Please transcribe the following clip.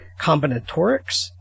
combinatorics